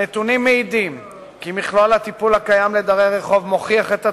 הנתונים מעידים כי מכלול הטיפול הקיים לדרי רחוב מוכיח את עצמו,